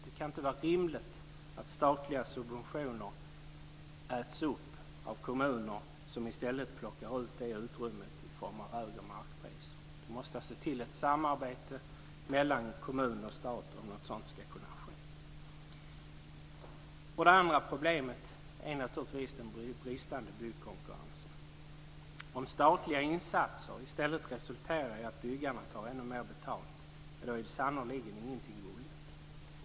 Det kan inte vara rimligt att statliga subventioner äts upp av kommuner som i stället plockar ut det utrymmet i form av högre markpriser. Det måste till ett samarbete mellan kommuner och stat för att sådant ska kunna ske. Det andra problemet är naturligtvis den bristande byggkonkurrensen. Om statliga insatser i stället resulterar i att byggarna tar ännu mer betalt är sannerligen ingenting vunnet.